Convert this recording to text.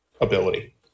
ability